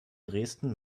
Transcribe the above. dresden